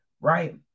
right